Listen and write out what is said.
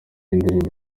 indirimbo